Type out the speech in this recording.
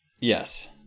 Yes